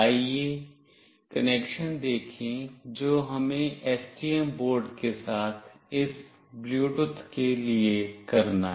आइए कनेक्शन देखें जो हमें STM बोर्ड के साथ इस ब्लूटूथ के लिए करना है